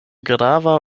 grava